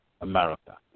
America